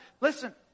Listen